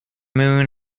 moon